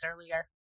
earlier